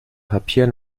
papier